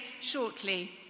shortly